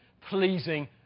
pleasing